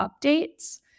updates